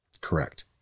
Correct